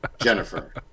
Jennifer